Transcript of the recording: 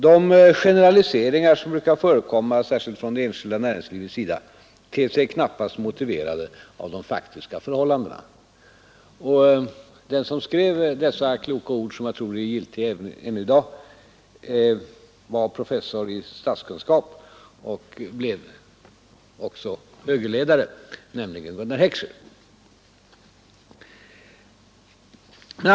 De generaliseringar som bruka förekomma te sig knappast motiverade av de faktiska förhållandena.” Den som skrev dessa kloka ord, som jag tror är giltiga ännu i dag, var professor i statskunskap och blev också högerledare det var Gunnar Heckscher.